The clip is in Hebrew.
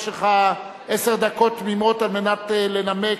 יש לך עשר דקות תמימות על מנת לנמק.